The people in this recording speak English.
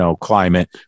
climate